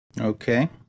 Okay